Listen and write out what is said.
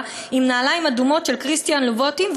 עם נעליים אדומות של כריסטיאן לובוטין,